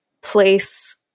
place